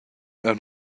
aunc